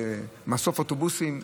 לתחנת מסוף אוטובוסים.